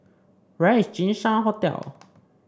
where is Jinshan Hotel